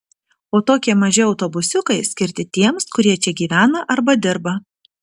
o tokie maži autobusiukai skirti tiems kurie čia gyvena arba dirba